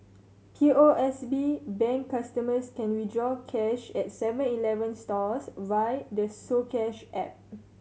P O S B Bank customers can withdraw cash at Seven Eleven stores via the soCash app